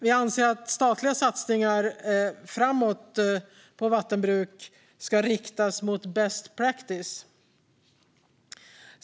Vi anser att statliga satsningar på vattenbruk framöver ska riktas mot best practice.